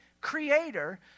creator